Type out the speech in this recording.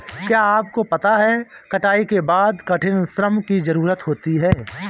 क्या आपको पता है कटाई के बाद कठिन श्रम की ज़रूरत होती है?